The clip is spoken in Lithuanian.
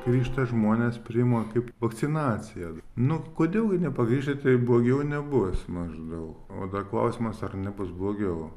grįžta žmonės priima kaip vakcinaciją nu kodėl jie nepagriežėtė blogiau nebus maždaug o dar klausimas ar nebus blogiau